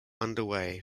underway